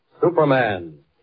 Superman